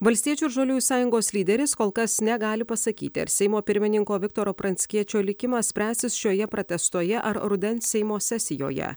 valstiečių ir žaliųjų sąjungos lyderis kol kas negali pasakyti ar seimo pirmininko viktoro pranckiečio likimas spręsis šioje pratęstoje ar rudens seimo sesijoje